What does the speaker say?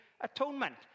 atonement